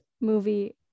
movie